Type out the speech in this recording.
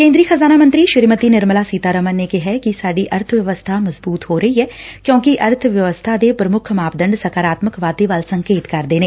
ਕੇ'ਦਰੀ ਖਜ਼ਾਨਾ ਮੰਤਰੀ ਸ੍ਰੀਮਤੀ ਨਿਰਮਲਾ ਸੀਤਾਰਮਨ ਨੇ ਕਿਹੈ ਕਿ ਸਾਡੀ ਅਰਥ ਵਿਵਸਥਾ ਮਜਬੁਤ ਹੋ ਰਹੀ ਐ ਕਿਉ'ਕਿ ਅਰਥ ਵਿਵਸਬਾ ਦੇ ਪੁਮੁੱਖ ਮਾਪੰਡ ਸਕਾਰਾਤਮਕ ਵਾਧੇ ਵੱਲ ਸੰਕੇਤ ਕਰਦੇ ਨੇ